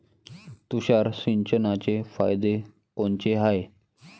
तुषार सिंचनाचे फायदे कोनचे हाये?